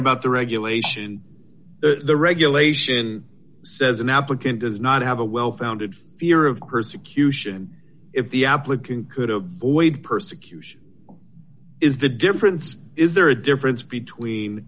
about the regulation the regulation says an applicant does not have a well founded fear of persecution if the applicant could avoid persecution is the difference is there a difference between